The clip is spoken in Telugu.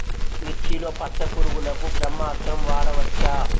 మిర్చిలో పచ్చ పురుగునకు బ్రహ్మాస్త్రం వాడవచ్చా?